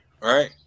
right